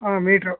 ಹಾಂ ಮೀಟ್ರು